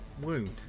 wound